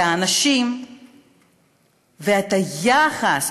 את האנשים ואת היחס.